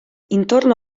intorno